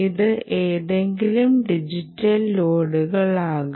ഇത് ഏതെങ്കിലും ഡിജിറ്റൽ ലോഡുകളാകാം